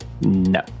No